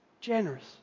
generous